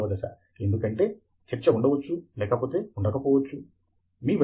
మరియు ఆ సమయంలో అప్పటికే ఆ క్షేత్రంలో నాకు ఉన్న జ్ఞానము చాలా తక్కువ రసాయన సాంకేతిక శాస్త్రము లో అయితే ఏమిలేదు